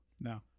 No